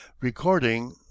recording